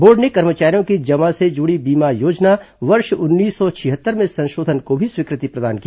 board ने कर्मचारियों की जमा से जुड़ी बीमा योजना वर्ष उन्नीस सौ छिहत्तर में संशोधन को भी स्वी कृ ति प्रदान की